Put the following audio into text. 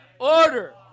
order